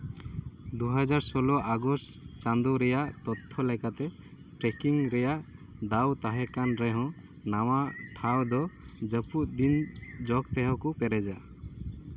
ᱫᱩ ᱦᱟᱡᱟᱨ ᱥᱳᱞᱞᱳ ᱟᱜᱚᱥᱴ ᱪᱟᱸᱫᱳ ᱨᱮᱭᱟᱜ ᱛᱚᱛᱛᱷᱚ ᱞᱮᱠᱟᱛᱮ ᱴᱮᱠᱤᱝ ᱨᱮᱭᱟᱜ ᱫᱟᱣ ᱛᱟᱦᱮᱸ ᱠᱟᱱ ᱨᱮᱦᱚᱸ ᱱᱟᱣᱟ ᱴᱷᱟᱶ ᱫᱚ ᱡᱟᱹᱯᱩᱫ ᱫᱤᱱ ᱡᱚᱜᱽ ᱛᱮᱦᱚᱸ ᱠᱚ ᱯᱮᱨᱮᱡᱟ